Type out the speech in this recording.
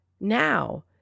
now